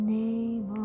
name